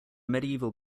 medieval